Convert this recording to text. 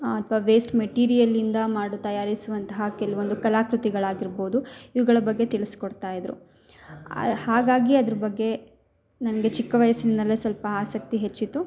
ಅಥ್ವ ವೇಸ್ಟ್ ಮೆಟಿರಿಯಲ್ಯಿಂದ ಮಾಡಿ ತಯಾರಿಸುವಂತಹ ಕೆಲವೊಂದು ಕಲಾಕೃತಿಗಳು ಆಗಿರ್ಬೋದು ಇವುಗಳ ಬಗ್ಗೆ ತಿಳ್ಸಿ ಕೊಡ್ತಾ ಇದ್ದರು ಹಾಗಾಗಿ ಅದ್ರ ಬಗ್ಗೆ ನನಗೆ ಚಿಕ್ಕ ವಯಸ್ಸಿನಿಂದನೆ ಸ್ವಲ್ಪ ಆಸಕ್ತಿ ಹೆಚ್ಚಿತು